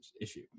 issue